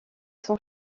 son